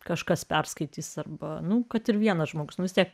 kažkas perskaitys arba nu kad ir vienas žmogus tiek